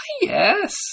yes